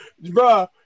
bro